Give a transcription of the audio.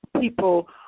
people